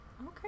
Okay